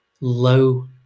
low